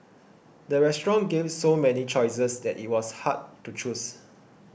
the restaurant gave so many choices that it was hard to choose